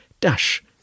dash